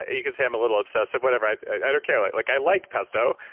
ah you could say i'm a little obsessive. whatever. i i don't care. like like i like pesto.